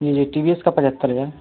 जी T B S का पचहत्तर हजार